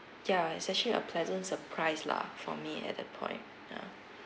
ya it's actually a pleasant surprise lah for me at that point ya